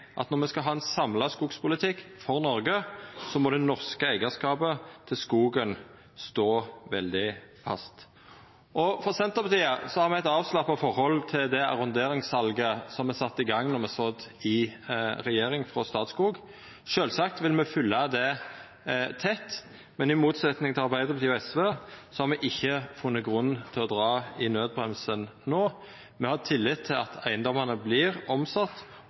at når me skal ha ein samla skogspolitikk for Noreg, må den norske eigarskapen til skogen stå veldig fast. Senterpartiet har eit avslappa forhold til det arronderingssalet som vart sett i gang frå Statskog då me sat i regjering. Sjølvsagt vil me fylgja det tett, men i motsetning til Arbeidarpartiet og SV har me ikkje funne grunn til å dra i naudbremsen no. Me har tillit til at eigedomane